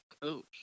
coach